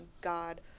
God